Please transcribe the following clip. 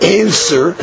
answer